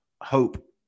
hope